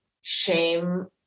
shame